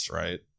right